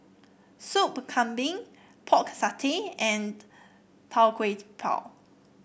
Soup Kambing Pork Satay and Tau Kwa Pau